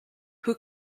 who